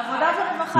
העבודה והרווחה.